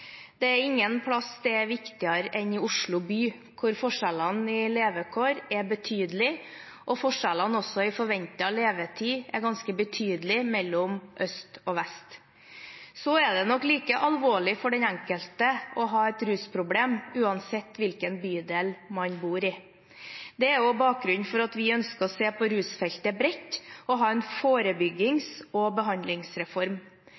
Det er ingen plass det er viktigere enn i Oslo by, hvor forskjellene i levekår er betydelige og også forskjellene i forventet levetid er ganske betydelige mellom øst og vest. Det er nok like alvorlig for den enkelte å ha et rusproblem uansett hvilken bydel man bor i. Det er også bakgrunnen for at vi ønsker å se bredt på rusfeltet og ha en